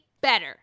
better